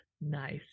Nice